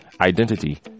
identity